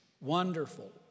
Wonderful